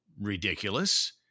ridiculous